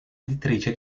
editrice